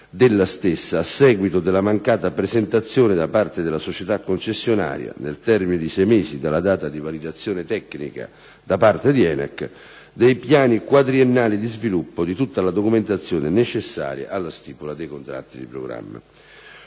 della stessa a seguito della mancata presentazione da parte della società concessionaria, nel termine di sei mesi dalla data di validazione tecnica da parte dell'ENAC, dei piani quadriennali di sviluppo, di tutta la documentazione necessaria alla stipula dei contratti di programma.